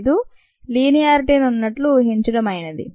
85 లీనియరిటీని ఉన్నట్లు ఊహించడమైనది